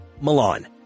Milan